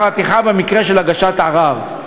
משכר הטרחה במקרה של הגשת ערר,